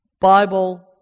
Bible